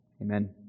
Amen